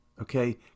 okay